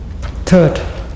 Third